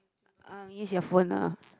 um use your phone ah